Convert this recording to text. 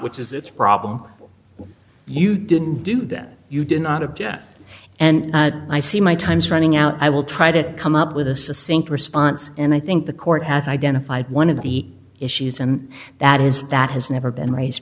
which is it's a problem you didn't do that you did not object and i see my time's running out i will try to come up with a sink response and i think the court has identified one of the issues and that is that has never been raised